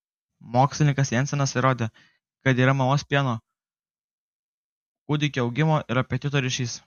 mokslininkas jensenas įrodė kad yra mamos pieno kūdikio augimo ir apetito ryšys